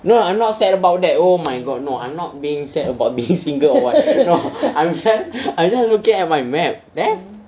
no I'm not sad about that oh my god no I'm not being sad about being single or what no I'm just I'm just looking at my map neh